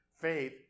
faith